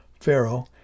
Pharaoh